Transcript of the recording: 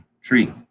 tree